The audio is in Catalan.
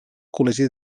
col·legi